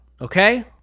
Okay